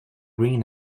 green